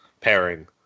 pairing